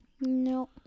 no